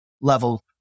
level